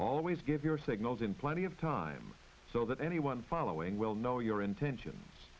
always give your signal is in plenty of time so that anyone following will know your intentions